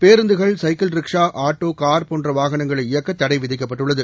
பேருந்துகள் cycle rickshaw auto car போன்ற வாகனங்களை இயக்க கடை விதிக்கப்பட்டுள்ளது